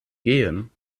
gehen